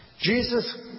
Jesus